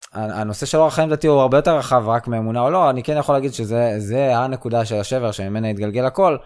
הנושא של האורח חיים דתי הוא הרבה יותר רחב רק מאמונה או לא, אני כן יכול להגיד שזה, זה הנקודה של השבר שממנה התגלגל הכול.